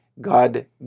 God